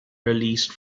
released